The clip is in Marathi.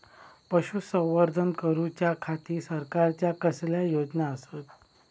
पशुसंवर्धन करूच्या खाती सरकारच्या कसल्या योजना आसत?